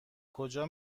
کجا